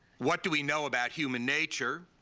what do we know about human nature?